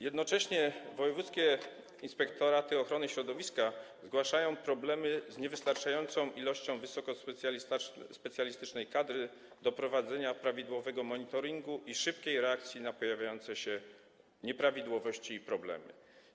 Jednocześnie wojewódzkie inspektoraty ochrony środowiska zgłaszają problemy z niewystarczającą ilością wysokospecjalistycznej kadry do prowadzenia prawidłowego monitoringu i szybkiej reakcji na pojawiające się nieprawidłowości i problemy.